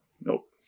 Nope